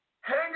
Hang